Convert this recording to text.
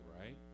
right